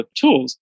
tools